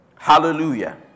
Hallelujah